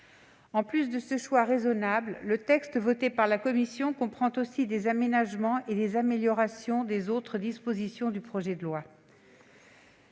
En plus de ce choix raisonnable, le texte voté par la commission comprend aussi des aménagements et des améliorations des autres dispositions du projet de loi.